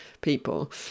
people